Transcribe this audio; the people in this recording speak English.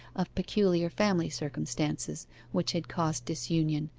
of peculiar family circumstances which had caused disunion,